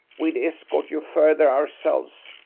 we'd escort you further ourselves,